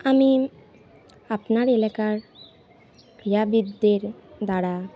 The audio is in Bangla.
আমি আপনার এলাকার ক্রীড়াবিদদের দ্বারা